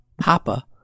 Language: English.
Papa